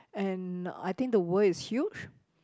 and I think the world is huge